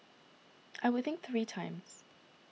I would think three times